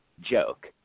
joke